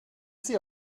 sie